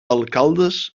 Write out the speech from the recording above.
alcaldes